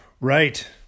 Right